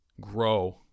grow